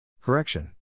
Correction